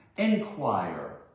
inquire